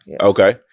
okay